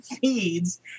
feeds